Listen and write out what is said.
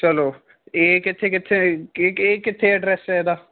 ਚਲੋ ਇਹ ਕਿੱਥੇ ਕਿੱਥੇ ਇ ਏਕ ਇਹ ਕਿੱਥੇ ਐਡਰੈਸ ਹੈ ਇਹਦਾ